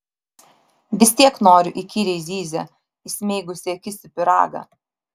vis tiek noriu įkyriai zyzė įsmeigusi akis į pyragą